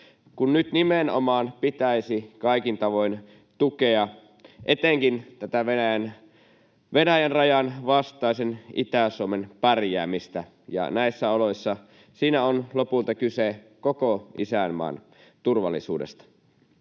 kun nyt nimenomaan pitäisi kaikin tavoin tukea etenkin tätä Venäjän-rajan vastaisen Itä-Suomen pärjäämistä, ja näissä oloissa siinä on lopulta kyse koko isänmaan turvallisuudesta.